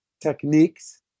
techniques